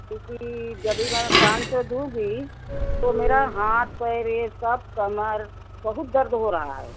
क्योंकि जब भी बर मैं पाँच सौ दूँगी तो मेरा हाथ पैर यह सब कमर बहुत दर्द हो रहा है